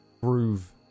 groove